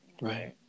right